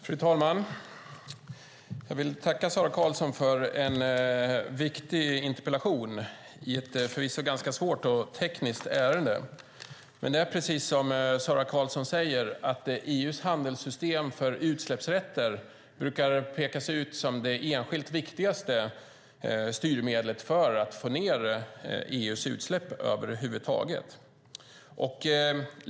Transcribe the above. Fru talman! Jag vill tacka Sara Karlsson för en viktig interpellation i ett förvisso ganska svårt och tekniskt ärende. Som Sara Karlsson säger brukar EU:s handelssystem för utsläppsrätter pekas ut som det enskilt viktigaste styrmedlet för att få ned EU:s utsläpp över huvud taget.